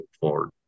forward